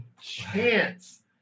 chance